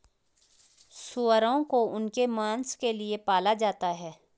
सूअरों को उनके मांस के लिए पाला जाता है